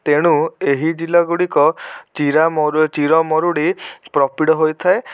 ତେଣୁ ଏହି ଜିଲ୍ଲାଗୁଡ଼ିକ ଚିରା ମରୁ ଚିର ମରୁଡ଼ି ପ୍ରପିଡ଼ ହୋଇଥାଏ